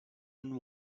and